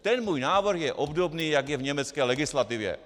Ten můj návrh je obdobný jak v německé legislativě.